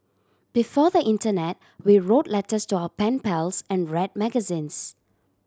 before the internet we wrote letters to our pen pals and read magazines